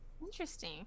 Interesting